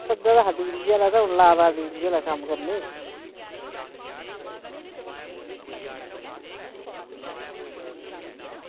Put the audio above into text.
सद्दे दा हा बिजली आह्ला ते हून ला दा कम्म करने ई